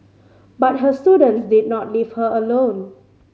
but her students did not leave her alone